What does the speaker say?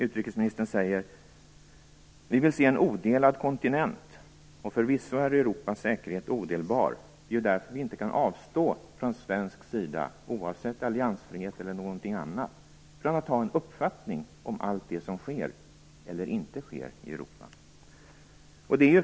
Utrikesministern säger: "Vi vill se en odelad europeisk kontinent." Och förvisso är Europas säkerhet odelbar. Det är därför som vi från svensk sida, oavsett alliansfrihet eller någonting annat, inte kan avstå från att ha en uppfattning om allt det som sker eller inte sker i Europa.